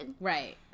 Right